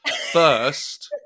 first